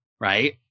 right